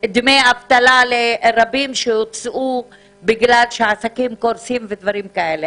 דמי אבטלה לרבים שהוצאו בגלל שהעסקים קורסים ודברים כאלה.